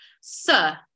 Sir